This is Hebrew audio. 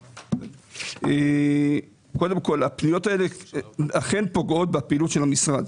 אי אישור הפניות האלה אכן פוגע בפעילות של המשרד